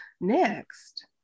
Next